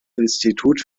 institut